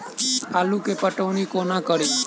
आलु केँ पटौनी कोना कड़ी?